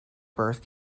birth